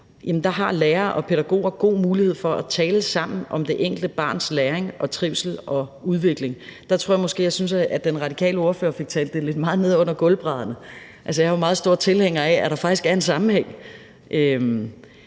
har lærere og pædagoger gode muligheder for at tale sammen om det enkelte barns læring og trivsel og udvikling. Der tror jeg måske, at jeg synes, at den radikale ordfører fik talt det lidt meget ned under gulvbrædderne. Altså, jeg er jo meget stor tilhænger af, at der faktisk er en sammenhæng,